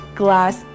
glass